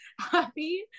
happy